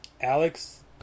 Alex